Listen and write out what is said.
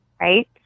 right